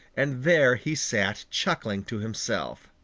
and there he sat chuckling to himself.